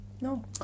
No